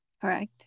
Correct